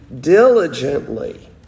diligently